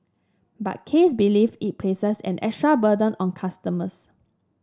but Case believe it places an extra burden on customers